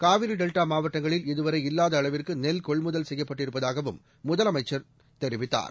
காவிரிடெல்டாமாவட்டங்களில் இதுவரை இல்லாதஅளவிற்குநெல் கொள்முதல் செய்யப்பட்டிருப்பதாகவும் முதலமைச்சா் தெரிவித்தாா்